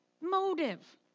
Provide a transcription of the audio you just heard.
Motive